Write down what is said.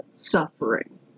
suffering